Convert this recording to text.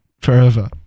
forever